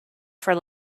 for